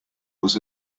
was